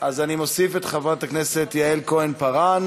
אני מוסיף את חברת הכנסת יעל כהן-פארן